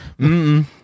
-mm